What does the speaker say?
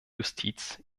justiz